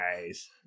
nice